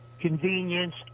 convenience